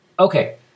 Okay